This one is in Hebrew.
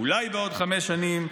אולי בעוד חמש שנים,